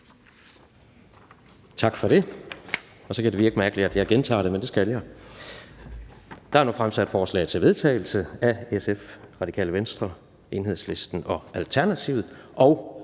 Tak for det, og så kan det virke mærkeligt, at jeg gentager det, men det skal jeg. Der er nu fremsat et forslag til vedtagelse af Socialdemokratiet, SF, Radikale Venstre, Enhedslisten og Alternativet,